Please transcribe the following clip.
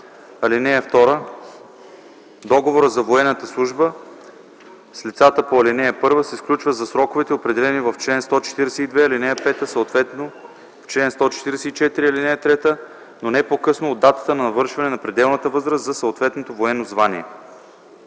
„(2) Договорът за военна служба с лицата по ал. 1 се сключва за сроковете, определени в чл. 142, ал. 5, съответно в чл. 144, ал. 3, но не по-късно от датата на навършване на пределната възраст за съответното военно звание”.